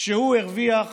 כשהוא הרוויח